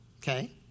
okay